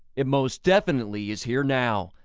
it most definitely is here now.